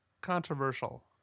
controversial